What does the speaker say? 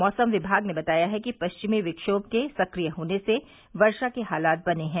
मौसम विभाग ने बताया है कि पश्चिमी विक्षोम के सक्रिय होने से वर्षा के हालात बने हैं